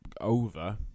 over